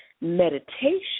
Meditation